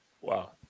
Wow